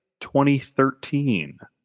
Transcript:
2013